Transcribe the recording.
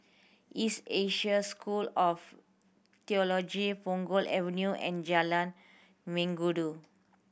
East Asia School of Theology Punggol Avenue and Jalan Mengkudu